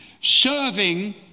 serving